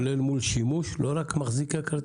זה כולל שימוש, לא רק מחזיק הכרטיס?